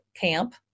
camp